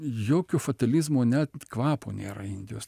jokio fatalizmo net kvapo nėra indijos